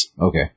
Okay